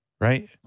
right